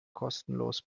kostenlos